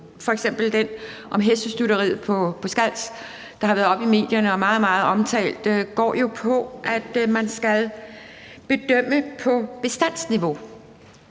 f.eks. den med hestestutteriet på Skals, der har været oppe i medierne og været meget, meget omtalt, går jo på, at man skal bedømme på bestandsniveau,